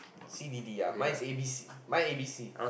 C D D mines mine A B C